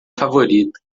favorita